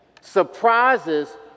surprises